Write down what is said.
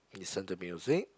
listen to music